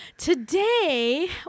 Today